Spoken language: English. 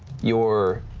your.